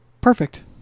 Perfect